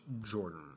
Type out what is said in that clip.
Jordan